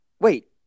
Wait